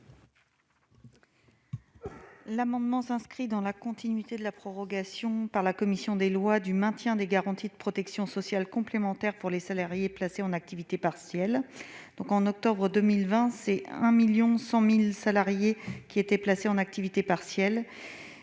amendement s'inscrit dans la continuité de la prorogation par la commission des lois du maintien des garanties de protection sociale complémentaire pour les salariés placés en activité partielle. En octobre, 1,1 million de salariés ont été placés en activité partielle